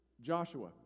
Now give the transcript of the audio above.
Joshua